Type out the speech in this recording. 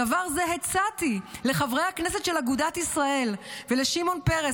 דבר זה הצעתי לחברי הכנסת של אגודת ישראל ולשמעון פרס,